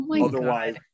otherwise